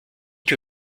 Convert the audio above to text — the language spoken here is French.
que